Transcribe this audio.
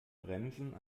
bremsen